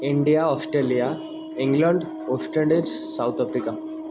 India Australia England West Indies South Africa